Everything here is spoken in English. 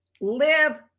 live